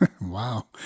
Wow